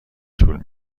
طول